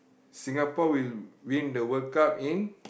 Singapore will win the World-Cup in